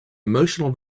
emotional